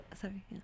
sorry